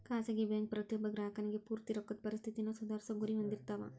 ಖಾಸಗಿ ಬ್ಯಾಂಕ್ ಪ್ರತಿಯೊಬ್ಬ ಗ್ರಾಹಕನಿಗಿ ಪೂರ್ತಿ ರೊಕ್ಕದ್ ಪರಿಸ್ಥಿತಿನ ಸುಧಾರ್ಸೊ ಗುರಿ ಹೊಂದಿರ್ತಾವ